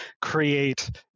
create